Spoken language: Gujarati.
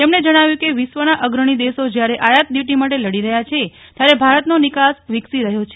તેમણે જણાવ્યું કે વિશ્વના અગ્રણી દેશો જયારે આયાત ડયુટી માટે લડી રહ્યાં છે ત્યારે ભારતનો નિકાસ વિકસી રહ્યો છે